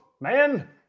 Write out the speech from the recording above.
man